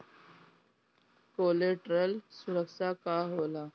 Collateral सुरक्षा का होला?